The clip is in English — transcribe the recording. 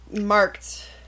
marked